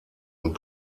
und